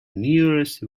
nearest